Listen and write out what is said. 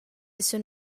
son